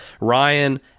Ryan